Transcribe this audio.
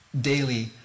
Daily